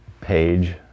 page